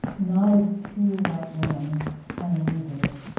not as two white women and a negress,